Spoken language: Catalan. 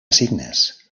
signes